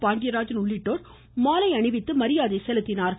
பாண்டியராஜன் உள்ளிட்டோர் மாலை அணிவித்து மரியாதை செலுத்தினார்கள்